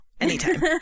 Anytime